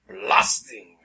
blasting